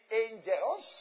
angels